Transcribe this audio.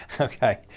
okay